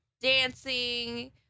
Dancing